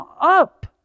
up